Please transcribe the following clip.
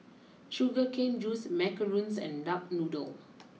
Sugar Cane juice Macarons and Duck Noodle